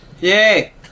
Yay